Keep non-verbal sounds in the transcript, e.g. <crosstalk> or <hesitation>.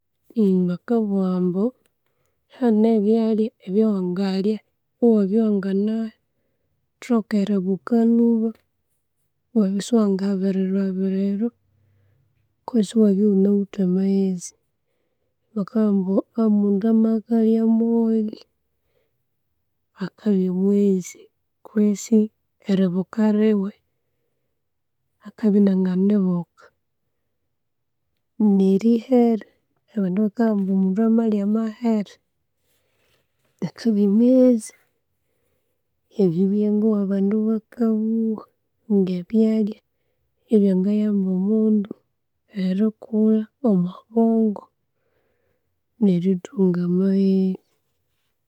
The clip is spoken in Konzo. <hesitation> bakabugha ambu hane ebyalya ebyowangalya ewabya iwanginathoka eri'buuka lhuba iwabya isiwangabirirwabirirwa kutsi iwabya ighunawithe amaghezi. Bakabugha ambu ambu omundu amabya akalya amooli, akabya mughezi kwesi eribuuka liwe, akabya inanginibuuka. Ne'erihere, abandu bakabugha ambu omundu amalya amahere, akabya mughezi. Ebyo byengowa a'bandu bakabugha nge'ebyalya ebyangayamba omundu erikuula omwo'bwongo, nerithunga amaghe.